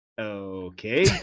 Okay